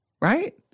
right